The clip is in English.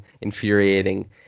infuriating